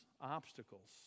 obstacles